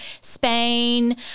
Spain